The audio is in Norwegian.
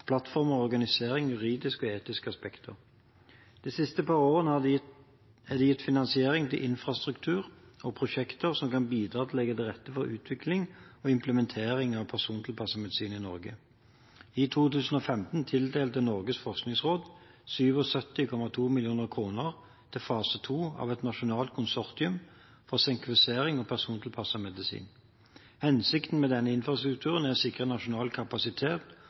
organisering og juridiske og etiske aspekter. De siste par årene er det gitt finansiering til infrastruktur og prosjekter som kan bidra til å legge til rette for utvikling og implementering av persontilpasset medisin i Norge. 1 2015 tildelte Norges forskningsråd 77,2 mill. kr til fase II av et nasjonalt konsortium for sekvensering og persontilpasset medisin. Hensikten med denne infrastrukturen er å sikre nasjonal kapasitet